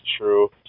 true